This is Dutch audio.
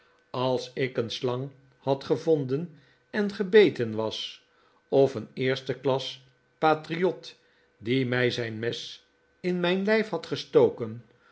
als ik een slang had gevonden en gebeten was of een eerste klas patriot die mij zijn mes in mijn lijf had gestoken